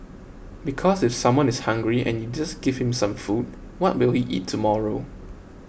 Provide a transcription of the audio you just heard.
because if someone is hungry and you just give him some food what will he eat tomorrow